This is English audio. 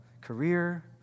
career